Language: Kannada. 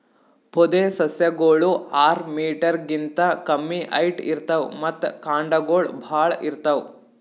ಪೊದೆಸಸ್ಯಗೋಳು ಆರ್ ಮೀಟರ್ ಗಿಂತಾ ಕಮ್ಮಿ ಹೈಟ್ ಇರ್ತವ್ ಮತ್ತ್ ಕಾಂಡಗೊಳ್ ಭಾಳ್ ಇರ್ತವ್